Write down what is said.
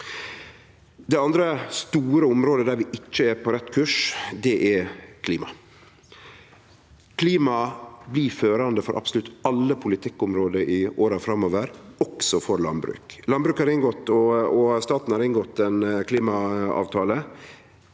Det andre store området der vi ikkje er på rett kurs, er klima. Klima blir førande for absolutt alle politikkområde i åra framover, også for landbruk. Landbruket og staten har inngått ein klimaavtale.